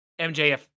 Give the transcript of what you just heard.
mjf